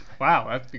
wow